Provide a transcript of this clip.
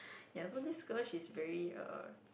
ya so this girl she's very uh